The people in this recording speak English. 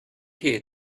here